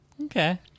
Okay